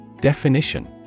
Definition